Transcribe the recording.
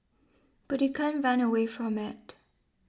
but you can't run away from it